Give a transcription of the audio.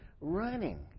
running